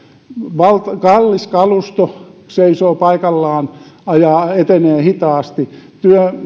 kun kallis kalusto seisoo paikallaan tai etenee hitaasti